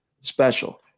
special